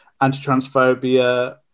anti-transphobia